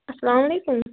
السلام علیکم